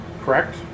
Correct